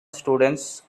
students